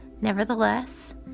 Nevertheless